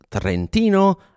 Trentino